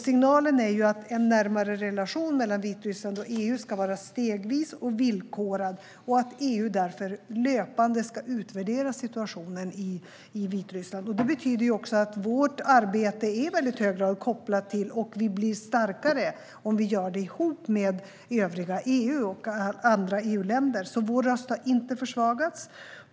Signalen är att en närmare relation mellan Vitryssland och EU ska vara stegvis och villkorad och att EU därför löpande ska utvärdera situationen i Vitryssland. Det betyder också att vårt arbete i hög grad är kopplat till detta, och vi blir starkare om vi gör det ihop med övriga EU och andra EU-länder. Vår röst har inte försvagats.